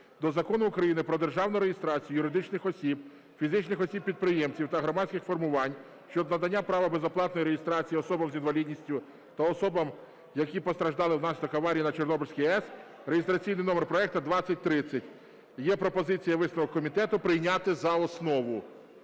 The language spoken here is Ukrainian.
до Закону України "Про державну реєстрацію юридичних осіб, фізичних осіб-підприємців та громадських формувань" (щодо надання права безоплатної реєстрації особам з інвалідністю та особам, які постраждали внаслідок аварії на Чорнобильській АЕС) (реєстраційний номер проекту 2030). Є пропозиція, висновок комітету - прийняти за основу.